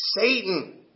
Satan